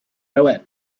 owen